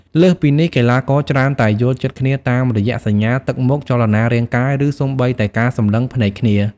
លើសពីនេះ កីឡាករច្រើនតែយល់ចិត្តគ្នាតាមរយៈសញ្ញា ទឹកមុខ ចលនារាងកាយ ឬសូម្បីតែការសម្លឹងភ្នែកគ្នា។